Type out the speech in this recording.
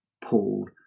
Paul